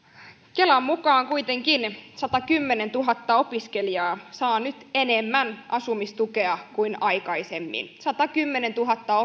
kelan mukaan kuitenkin satakymmentätuhatta opiskelijaa saa nyt enemmän asumistukea kuin aikaisemmin satakymmentätuhatta